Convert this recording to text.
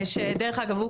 דרך אגב,